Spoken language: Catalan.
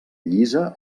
llisa